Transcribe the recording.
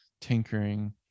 tinkering